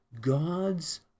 gods